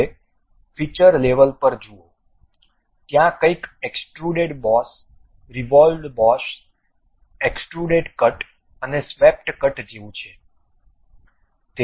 હવે feature level પર જુઓ ત્યાં કંઈક extruded boss revolve based extruded cut અને સ્વેપટ કટ જેવું છે